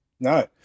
No